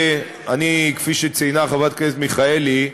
כפי שציינה חברת הכנסת מיכאלי,